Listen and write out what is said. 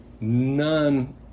none